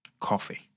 coffee